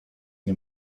nie